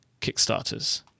Kickstarters